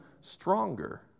stronger